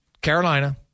Carolina